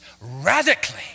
radically